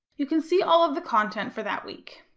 you can see all of the content for that week.